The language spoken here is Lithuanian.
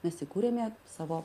mes įkūrėme savo